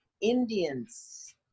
Indians